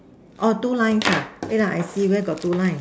oh two lines ah wait ah I see where got two line